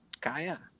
Kaya